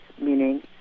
meaning